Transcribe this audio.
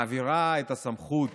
מעבירה את הסמכות